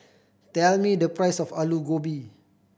tell me the price of Aloo Gobi